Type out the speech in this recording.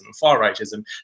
far-rightism